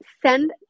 Send